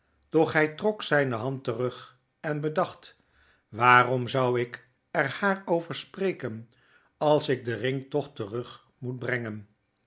doch hy trok zyne hand terug en bedacht waarom zou ik er haar over spreken als ik den ring toch terug moet brengen